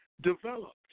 developed